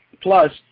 Plus